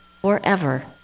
forever